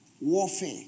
warfare